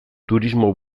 turismo